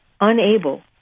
unable